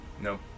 No